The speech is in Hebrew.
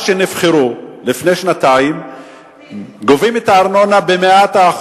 הבחירות לפני שנתיים גובים שם את הארנונה ב-100%,